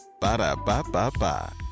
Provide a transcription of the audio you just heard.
Ba-da-ba-ba-ba